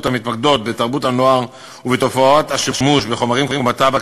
המתמקדות בתרבות הנוער ובתופעת השימוש בחומרים כמו טבק,